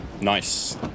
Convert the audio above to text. Nice